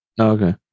Okay